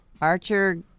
Archer